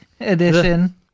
edition